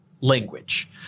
language